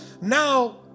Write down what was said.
now